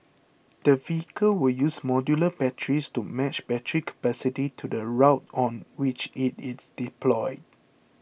the vehicle will use modular batteries to match battery capacity to the route on which it is deployed